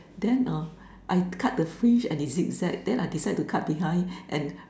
then uh I cut the fridge and it zigzag then I decide to cut behind and